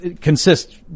consists